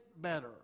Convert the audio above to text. better